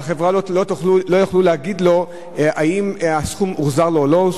והחברה לא תוכל להגיד לו אם הסכום הוחזר לו או לא.